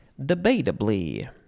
Debatably